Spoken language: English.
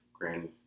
grand